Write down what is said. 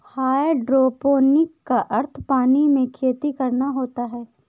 hydroponic का अर्थ पानी में खेती करना होता है